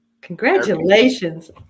congratulations